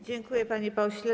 Dziękuję, panie pośle.